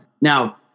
Now